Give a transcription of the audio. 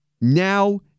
now